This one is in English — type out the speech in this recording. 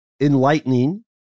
enlightening